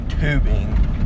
tubing